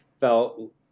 felt